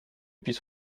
puisse